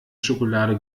schokolade